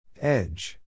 Edge